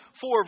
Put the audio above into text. four